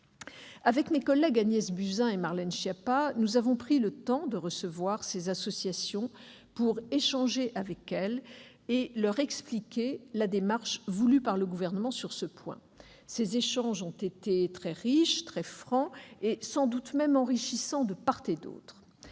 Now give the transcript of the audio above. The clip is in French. Avec mes collègues Agnès Buzyn et Marlène Schiappa, nous avons pris le temps de recevoir ces associations pour échanger avec elles et leur expliquer la démarche voulue par le Gouvernement sur ce point. Ces échanges ont été très riches, très francs, sans doute même enrichissants de part et d'autre.